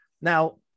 Now